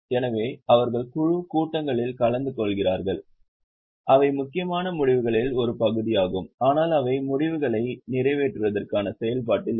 எனவே அவர்கள் குழு கூட்டங்களில் கலந்து கொள்கிறார்கள் அவை முக்கியமான முடிவுகளின் ஒரு பகுதியாகும் ஆனால் அவை முடிவுகளை நிறைவேற்றுவதற்கான செயல்பாட்டில் இல்லை